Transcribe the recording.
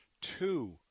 Two